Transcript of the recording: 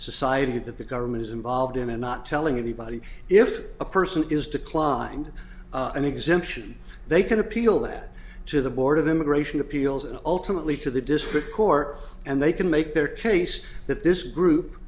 society that the government is involved in and not telling anybody if a person is declined an exemption they can appeal that to the board of immigration appeals and ultimately to the district court and they can make their case that this group